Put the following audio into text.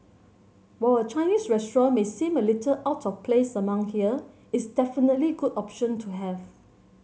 while a Chinese restaurant may seem a little out of place among here it's definitely good option to have